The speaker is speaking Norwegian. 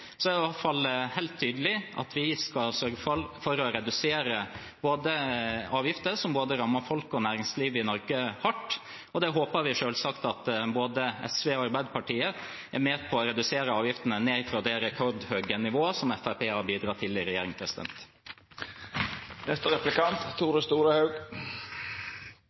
er det i alle fall helt tydelig at vi skal sørge for å redusere avgifter som rammer både folk og næringsliv i Norge hardt. Vi håper selvsagt at både SV og Arbeiderpartiet er med på å redusere avgiftene ned fra det rekordhøye nivået som Fremskrittspartiet har bidratt til i regjering.